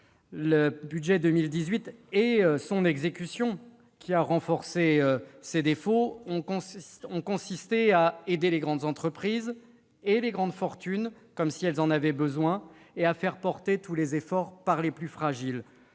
le budget pour 2018 et son exécution, qui a renforcé ses défauts, ont consisté à aider les grandes entreprises et les grandes fortunes- comme si elles en avaient besoin ! -et à faire porter tous les efforts par les plus fragiles,